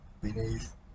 beneath